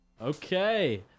Okay